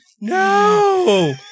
No